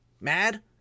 mad